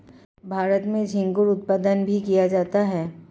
भारत में झींगुर उत्पादन भी किया जाता है